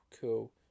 Cool